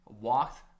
walked